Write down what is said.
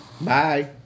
Bye